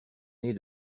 nez